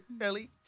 Ellie